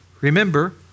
Remember